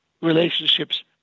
relationships